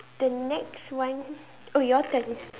the next one oh your turn